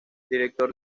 director